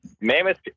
Mammoth